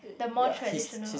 the more traditional